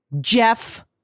Jeff